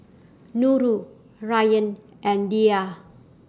Nurul Ryan and Dhia